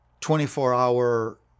24-hour